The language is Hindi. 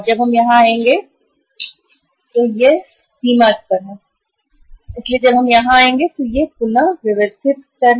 जब हम यहां आएंगे तो यह पुन व्यवस्थित स्तर है